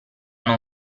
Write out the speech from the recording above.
non